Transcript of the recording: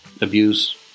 Abuse